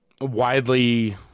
widely